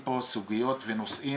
סוגיות ונושאים